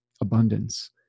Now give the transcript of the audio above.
abundance